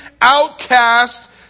outcast